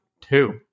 two